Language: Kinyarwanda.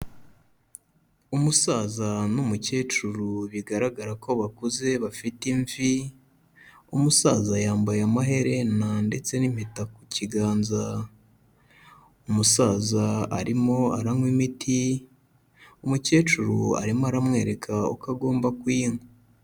Umusaza n'umukecuru bigaragara ko bakuze bafite imvi, umusaza yambaye amaherena ndetse n'impeta ku kiganza. Umusaza arimo aranywa imiti, umukecuru arimo aramwereka uko agomba kuyinywa.